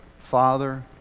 father